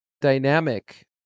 dynamic